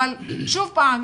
אבל שוב פעם,